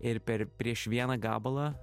ir per prieš vieną gabalą